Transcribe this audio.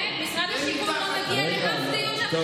ומשרד השיכון לא מגיע לאף דיון שאנחנו עושים.